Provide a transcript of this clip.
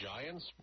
Giants